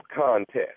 contest